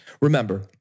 Remember